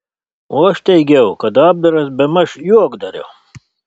o aš teigiau kad apdaras bemaž juokdario